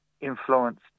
influenced